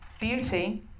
beauty